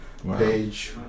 Page